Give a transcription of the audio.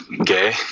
gay